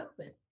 open